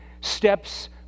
steps